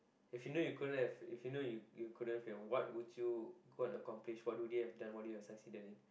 if you knew couldn't have if you knew you couldn't fail what would you accomplish what would you have done what would you have succeeded in